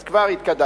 אז כבר התקדמנו.